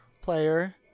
player